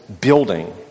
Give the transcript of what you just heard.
building